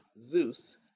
Zeus